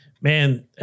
man